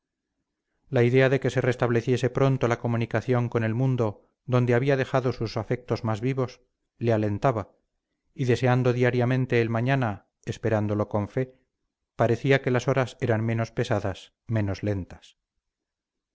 la idea de que se restableciese pronto la comunicación con el mundo donde había dejado sus afectos más vivos le alentaba y deseando diariamente el mañana esperándolo con fe parecía que las horas eran menos pesadas menos lentas